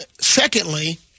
Secondly